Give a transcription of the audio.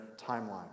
timeline